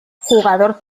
jugador